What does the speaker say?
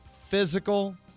physical